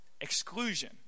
Exclusion